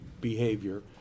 behavior